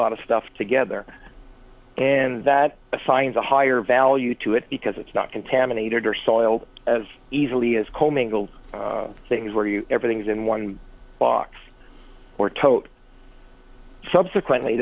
lot of stuff together and that assigns a higher value to it because it's not contaminated or soiled as easily as commingle things where you everything's in one box or tote subsequently